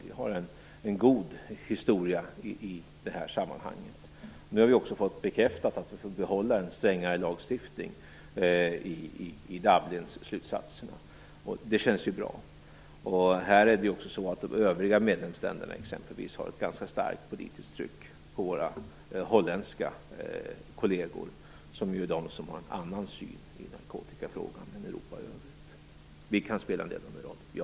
Vi har en god historia i det här sammanhanget. Nu har vi också fått bekräftat i Dublinslutsatserna att vi får behålla en strängare lagstiftning, och det känns bra. Här utövar också de övriga medlemsländerna ett ganska starkt politiskt tryck på våra holländska kolleger, som ju är de som har en annan syn i narkotikafrågan än Europa i övrigt. Vi kan spela en ledande roll - ja.